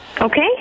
Okay